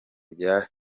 by’abiyahuzi